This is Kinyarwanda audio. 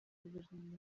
guverinoma